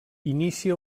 inicia